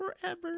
forever